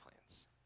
plans